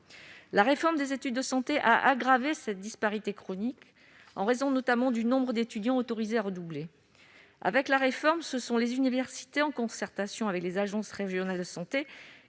La réforme des études de santé a aggravé cette disparité chronique, en raison notamment du nombre d'étudiants autorisés à redoubler. Avec la réforme, ce sont les universités, en concertation avec les agences régionales de santé,